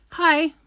Hi